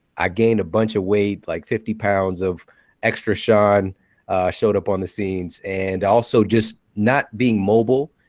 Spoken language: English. i gained a bunch of weight. like fifty pounds of extra shawn showed up on the scenes. and also, just not being mobile,